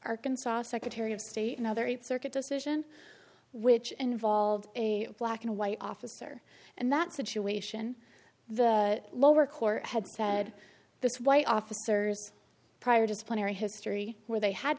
arkansas secretary of state another circuit decision which involved a black and white officer and that situation the lower court had said this white officers prior disciplinary history where they had